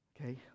okay